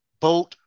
vote